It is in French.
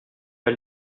pas